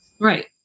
Right